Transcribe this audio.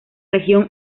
región